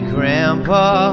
Grandpa